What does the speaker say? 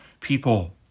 people